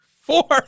Four